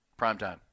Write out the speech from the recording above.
primetime